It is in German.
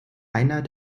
einer